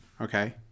Okay